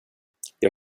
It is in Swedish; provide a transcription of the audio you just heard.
jag